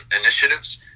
initiatives